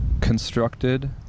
constructed